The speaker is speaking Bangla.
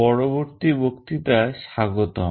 পরবর্তী বক্তৃতায় স্বাগতম